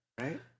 Right